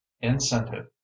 incentive